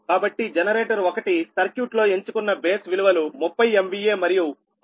కాబట్టి జనరేటర్ 1 సర్క్యూట్లో ఎంచుకున్న బేస్ విలువలు 30 MVA మరియు 6